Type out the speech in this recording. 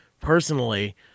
personally